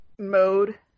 Mode